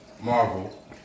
Marvel